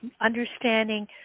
understanding